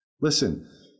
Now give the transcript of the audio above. listen